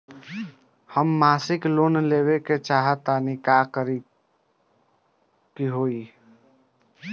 हम मासिक लोन लेवे के चाह तानि का करे के होई?